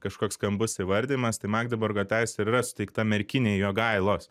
kažkoks skambus įvardijimas tai magdeburgo teisė ir yra suteikta merkinei jogailos